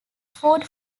food